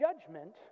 judgment